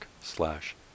slash